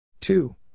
Two